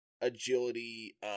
agility